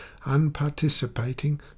unparticipating